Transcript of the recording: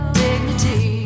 dignity